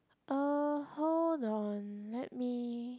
uh hold on let me